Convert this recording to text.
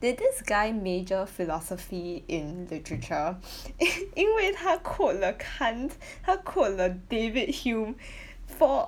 did this guy major philosophy in literature 因为他 quote 了 hunt 他 quote 了 David Hume for